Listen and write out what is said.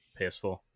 PS4